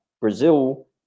Brazil